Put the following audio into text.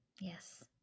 Yes